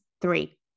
three